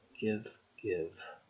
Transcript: give-give